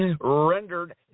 Rendered